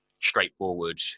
straightforward